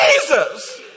Jesus